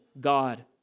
God